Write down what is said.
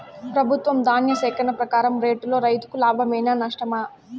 ప్రభుత్వం ధాన్య సేకరణ ప్రకారం రేటులో రైతుకు లాభమేనా నష్టమా?